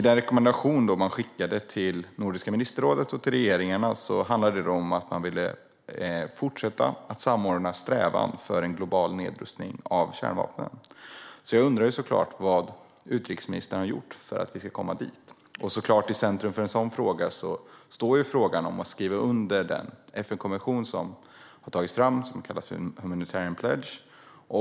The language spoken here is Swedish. Den rekommendation man skickade till Nordiska ministerrådet och till regeringarna handlade om att man ville fortsätta att samordna strävan mot en global nedrustning av kärnvapen. Jag undrar såklart vad utrikesministern har gjort för att vi ska komma dit. I centrum för en sådan fråga står frågan om att skriva under den FN-konvention som har tagits fram, som kallas för en humanitarian pledge.